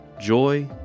joy